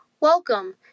welcome